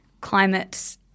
climate